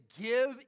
give